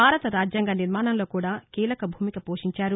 భారత రాజ్యాంగ నిర్మాణంలో కూడా కీలక భూమిక పోషించారు